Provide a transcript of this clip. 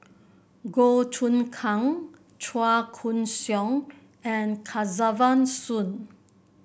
Goh Choon Kang Chua Koon Siong and Kesavan Soon